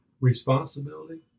responsibility